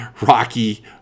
Rocky